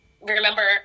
Remember